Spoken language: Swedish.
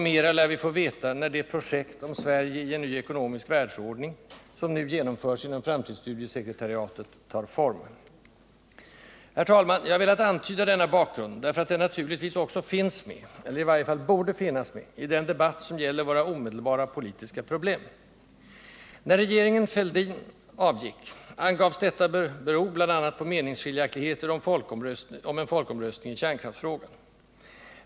Mera lär vi få veta, när det projekt om ”Sverige i en ny ekonomisk världsordning”, som nu genomförs inom framtidsstudiesekretariatet, tar form. Herr talman! Jag har velat antyda denna bakgrund, därför att den naturligtvis också finns med —eller i varje fall borde finnas med —-i den debatt, som gäller våra omedelbara politiska problem. När regeringen Fälldin avgick, angavs detta bl.a. bero på meningsskiljaktligheter om en folkomröstning i kärnkraftsfrågan.